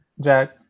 Jack